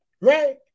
Right